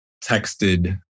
texted